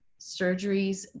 surgeries